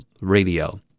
radio